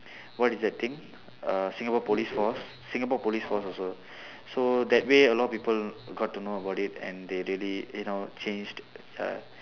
what is that thing uh singapore police force singapore police force also so that way a lot people got to know about it and they really you know change uh